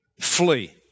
Flee